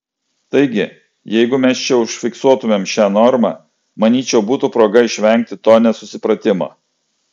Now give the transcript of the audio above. taigi jeigu mes čia užfiksuotumėm šią normą manyčiau būtų proga išvengti to nesupratimo